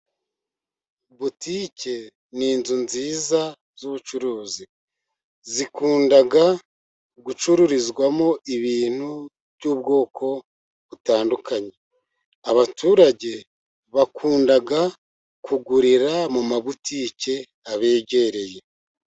Butike ni inzu nziza z'ubucuruzi, zikunda gucururizwamo ibintu by'ubwoko butandukanye, abaturage bakunda kugurira mu mabutike abegereye.